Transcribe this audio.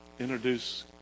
Introduce